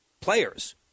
players